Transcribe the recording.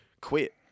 Quit